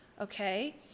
okay